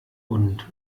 und